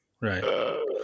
Right